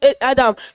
Adam